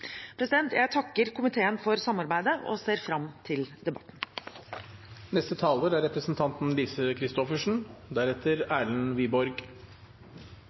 Jeg takker komiteen for samarbeidet og ser fram til